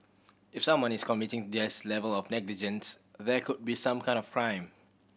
if someone is committing this level of negligence there could be some kind of crime